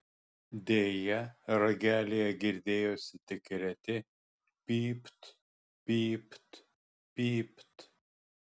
deja ragelyje girdėjosi tik reti pypt pypt pypt